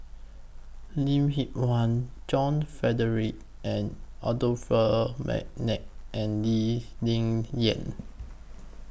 Lim Hwee Hua John Frederick Adolphus Mcnair and Lee Ling Yen